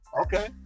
Okay